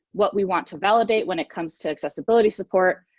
what we want to validate when it comes to accessibility support,